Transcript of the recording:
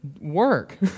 work